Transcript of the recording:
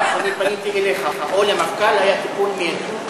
בכל פעם שאני פניתי אליך או למפכ"ל היה טיפול מיידי.